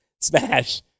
smash